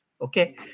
Okay